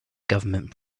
government